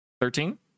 Thirteen